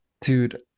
Dude